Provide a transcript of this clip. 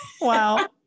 Wow